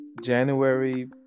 January